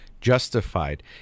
justified